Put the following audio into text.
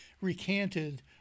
recanted